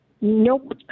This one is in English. Nope